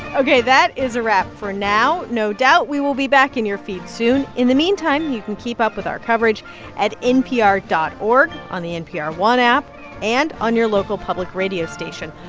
ok. that is a wrap for now. no doubt, we will be back in your feed soon. in the meantime, you can keep up with our coverage at npr dot org, on the npr one app and on your local public radio station.